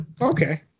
Okay